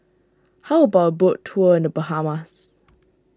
how about boat tour in the Bahamas